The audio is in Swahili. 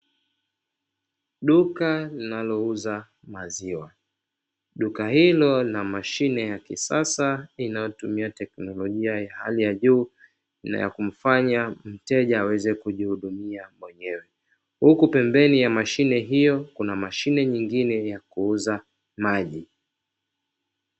Duka linalouza maziwa, duka hilo lina mashine ya kisasa inayotumia teknolojia ya hali ya juu na yakumfanya mteja aweze kujihudumia mwenyewe huku, pembeni ya mashine hiyo kuna mashine nyingine ya kuuza maji.